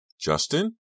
Justin